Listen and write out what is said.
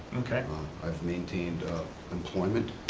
i've maintained employment,